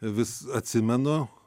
vis atsimenu